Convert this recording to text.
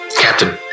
Captain